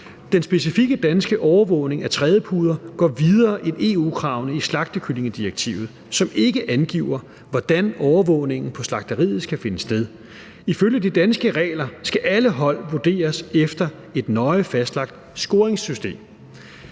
Den specifikke danske overvågning af trædepuder går videre end EU-kravene i slagtekyllingedirektivet, som ikke angiver, hvordan overvågningen på slagteriet skal finde sted. Ifølge de danske regler skal alle hold vurderes efter et nøje fastlagt scoringssystem.